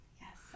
yes